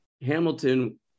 Hamilton